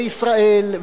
וישראל,